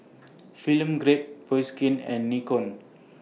Film Grade Bioskin and Nikon